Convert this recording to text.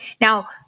Now